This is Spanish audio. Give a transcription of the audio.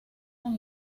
nos